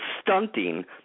stunting